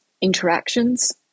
interactions